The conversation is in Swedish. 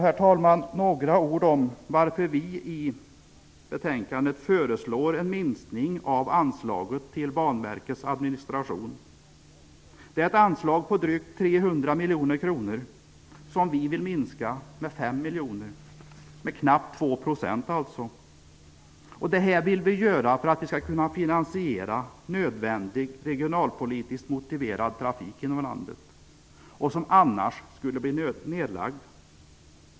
Herr talman! Så några ord om varför vi i betänkandet föreslår en minskning av anslaget till Banverkets administration. Det är ett anslag på drygt 300 miljoner kronor. Vi vill minska det med 5 miljoner, dvs. med knappt 2 %. Det vill vi göra för att kunna finansiera en nödvändig regionalpolitiskt motiverad trafik inom landet som annars skulle bli nerlagd.